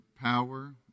power